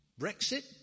Brexit